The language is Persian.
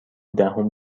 دهم